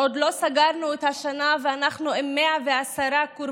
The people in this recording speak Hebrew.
עוד לא סגרנו את השנה ואנחנו עם 110 קורבנות,